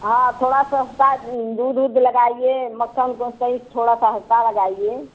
हाँ थोड़ा सस्ता दूध उध लगाइए मक्खन उखन सही थोड़ा सस्ता लगाइए